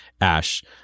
Ash